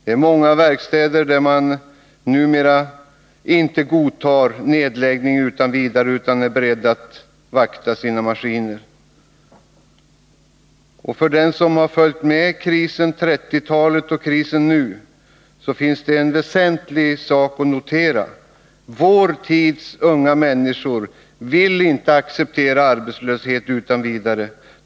Det finns många verkstäder där de anställda numera inte godtar nedläggning utan vidare — de är beredda att vakta sina maskiner. För den som har följt händelserna under krisen på 1930-talet och krisen nu finns en väsentlig sak att notera: Vår tids unga människor vill inte acceptera arbetslöshet utan vidare.